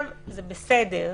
זה בסדר,